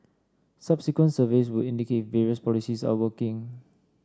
subsequent surveys would indicate if various policies are working